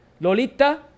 Lolita